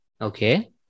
Okay